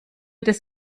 des